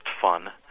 fun